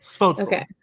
okay